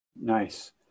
Nice